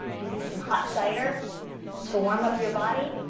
maybe some hot cider to warm up your body.